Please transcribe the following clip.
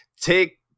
Take